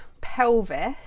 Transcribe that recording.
pelvis